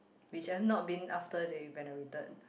which I've not been after they renovated